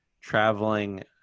traveling